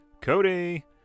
Cody